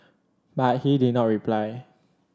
but he did not reply